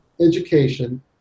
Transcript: education